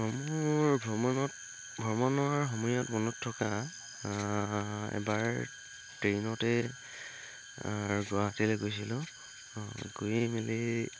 মোৰ ভ্ৰমণত ভ্ৰমণৰ সময়ত মনত থকা এবাৰ ট্ৰেইনতে গুৱাহাটীলে গৈছিলোঁ গৈয় মেলি